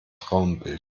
frauenbild